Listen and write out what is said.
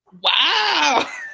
wow